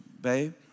Babe